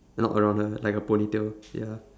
not around her like a ponytail ya